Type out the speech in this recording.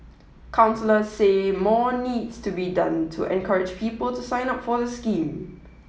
counsellors say more needs to be done to encourage people to sign up for the scheme